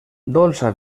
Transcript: dolça